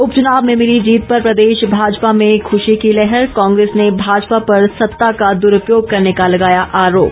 उपचुनाव में मिली जीत पर प्रदेश भाजपा में खुशी की लहर कांग्रेस ने भाजपा पर सत्ता का दुरुपयोग करने का लगाया आरोप